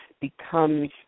becomes